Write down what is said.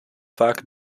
vaak